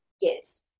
Yes